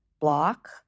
block